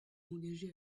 engagé